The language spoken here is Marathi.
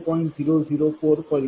u